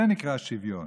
זה נקרא שוויון.